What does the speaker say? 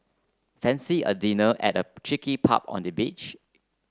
fancy a dinner at a cheeky pub on the beach